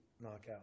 knockout